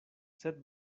sed